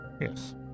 Yes